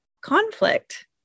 conflict